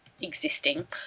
existing